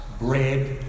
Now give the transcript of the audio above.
bread